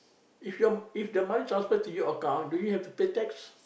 if your if the money transfer into your account do you have to pay tax